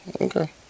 Okay